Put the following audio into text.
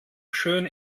schön